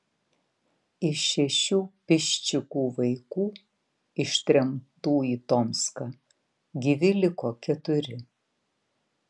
iš šešių piščikų vaikų ištremtų į tomską gyvi liko keturi